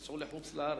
נסעו לחוץ-לארץ.